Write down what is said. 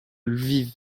lviv